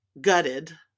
gutted